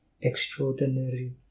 extraordinary